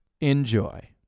enjoy